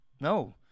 No